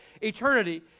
eternity